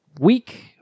week